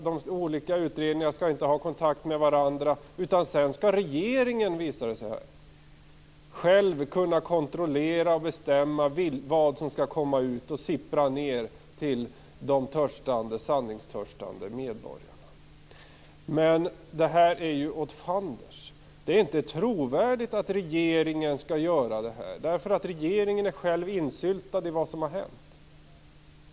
De olika utredningarna skall inte ha kontakt med varandra, utan sedan skall regeringen själv, visar det sig, kunna kontrollera och bestämma vad som skall komma ut och sippra ned till de sanningstörstande medborgarna. Det här är ju åt fanders. Det är inte trovärdigt att regeringen skall göra detta. Regeringen är själv insyltad i det som har hänt.